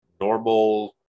normal